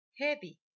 heavy